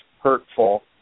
hurtful